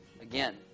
again